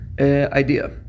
idea